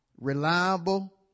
reliable